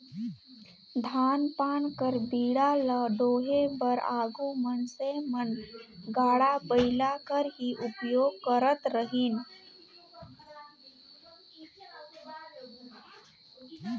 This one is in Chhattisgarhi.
धान पान कर बीड़ा ल डोहे बर आघु मइनसे मन गाड़ा बइला कर ही उपियोग करत रहिन